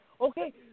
okay